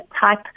type